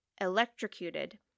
electrocuted